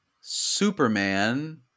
Superman